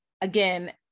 again